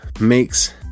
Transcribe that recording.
makes